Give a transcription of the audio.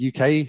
UK